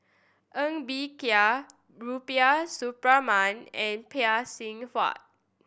Ng Bee Kia Rubiah Suparman and Phay Seng Whatt